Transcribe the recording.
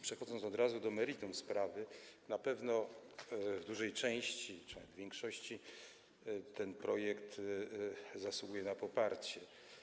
Przechodząc od razu do meritum sprawy, na pewno w dużej części czy nawet w większości ten projekt zasługuje na poparcie.